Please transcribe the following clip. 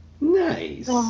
Nice